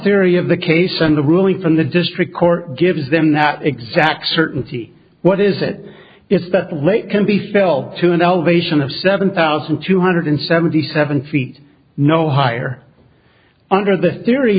theory of the case and the ruling from the district court gives them that exact certainty what is it is that late can be still to an elevation of seven thousand two hundred seventy seven feet no higher under the theory